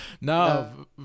No